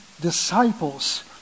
disciples